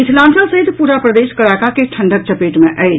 मिथिलांचल सहित पूरा प्रदेश कड़ाका के ठंढ़क चपेट मे अछि